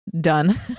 done